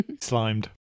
slimed